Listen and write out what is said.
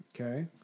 okay